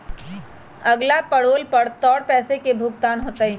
अगला पैरोल पर तोर पैसे के भुगतान होतय